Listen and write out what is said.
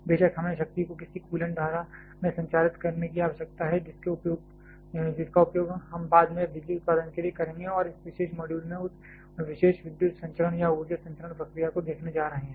बेशक हमें शक्ति को किसी कूलेंट धारा में संचारित करने की आवश्यकता है जिसका उपयोग हम बाद में बिजली उत्पादन के लिए करेंगे और इस विशेष मॉड्यूल में हम उस विशेष विद्युत संचरण या ऊर्जा संचरण प्रक्रिया को देखने जा रहे हैं